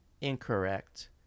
incorrect